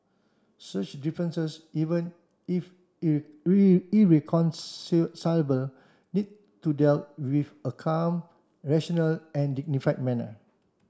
such differences even if need to dealt with a calm rational and dignified manner